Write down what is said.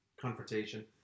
confrontation